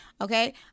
okay